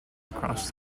across